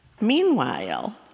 Meanwhile